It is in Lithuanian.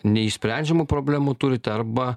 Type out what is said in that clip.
neišsprendžiamų problemų turite arba